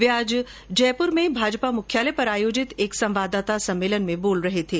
वे आज जयपुर में भाजपा मुख्यालय पर आयोजित एक संवाददाता सम्मेलन में बोल रहे थे